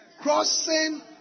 crossing